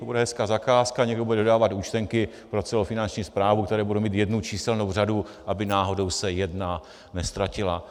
To bude hezká zakázka, někdo bude vydávat účtenky pro celou Finanční správu, která bude mít jednu číselnou řadu, aby náhodou se jedna neztratila.